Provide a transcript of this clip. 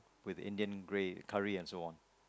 with Indian gra~ curry and so on